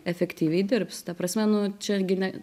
efektyviai dirbs ta prasme nu čia gi ne